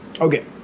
Okay